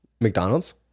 McDonald's